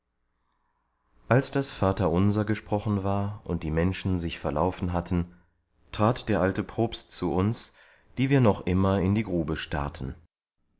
als das vaterunser gesprochen war und die menschen sich verlaufen hatten trat der alte propst zu uns die wir noch immer in die grube starrten